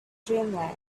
dreamland